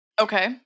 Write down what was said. Okay